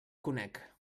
conec